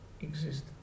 exist